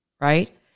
Right